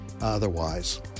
Otherwise